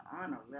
honor